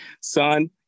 son